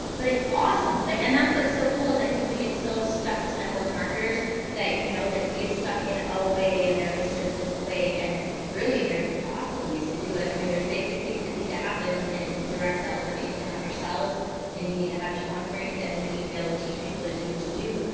but it's awesome. like, and that's, what's so cool is i think we get so stuck as network marketers that you know, that we get stuck in oh way. and there is just this way. and really there's lots of ways to do it. i mean, there's basic things that need to happen in direct sales, right? you need to have your cells and you need to have your sponsoring and then you need to be able to teach people to do what you do,